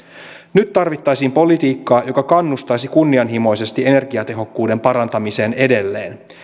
nyt tarvittaisiin politiikkaa joka kannustaisi kunnianhimoisesti energiatehokkuuden parantamiseen edelleen